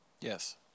Yes